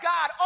God